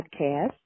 podcast